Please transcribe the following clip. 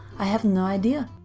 i have no idea!